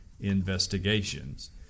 investigations